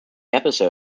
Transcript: episode